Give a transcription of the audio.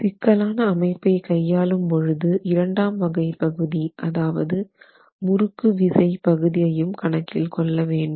சிக்கலான அமைப்பை கையாளும் பொழுது இரண்டாம் வகை பகுதி அதாவது முறுக்கு விசை பகுதியையும் கணக்கில் கொள்ள வேண்டும்